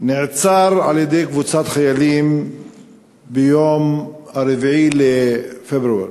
נעצר על-ידי קבוצת חיילים ביום 4 בפברואר